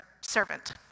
servant